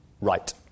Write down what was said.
right